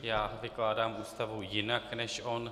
Já vykládám Ústavu jinak než on.